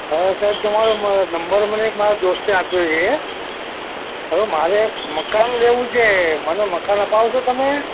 હા સાહેબ તમારો નંબર મને મારા એક દોસ્તે આપ્યો છે હવે મારે એક મકાન લેવું છે મને મકાન આપવશો તમે